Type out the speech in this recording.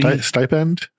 Stipend